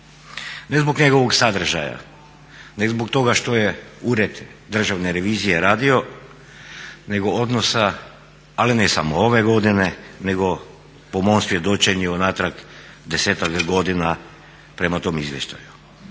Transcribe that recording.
Ne zbog njegovog sadržaja, ne zbog toga što je Ured Državne revizije radio nego odnosa, ali ne samo ove godine nego po mom svjedočenju unatrag 10-ak godina, prema tom izvještaju.